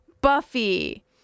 Buffy